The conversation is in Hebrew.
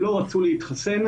שלא הסכימו להיבדק,